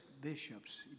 Bishops